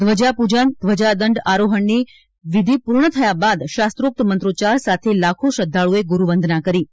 ધ્વજા પૂજન ધ્વજાદંડ આરોહણની વિધિ પૂર્ણ થયા બાદ શાસ્ત્રોક્ત મંત્રોચ્ચાર સાથે લાખો શ્રદ્વાળુઓએ ગુરુવંદના કરી હતી